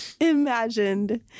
imagined